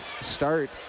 start